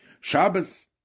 Shabbos